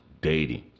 Dating